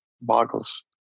boggles